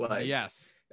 Yes